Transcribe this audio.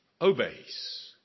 obeys